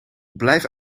blijf